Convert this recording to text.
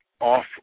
off